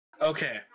Okay